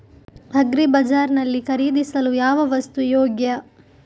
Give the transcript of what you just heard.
Agri ಬಜಾರ್ ನಲ್ಲಿ ಖರೀದಿಸಲು ಯಾವ ವಸ್ತು ಯೋಗ್ಯ?